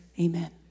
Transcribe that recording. Amen